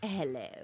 Hello